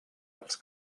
els